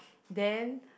then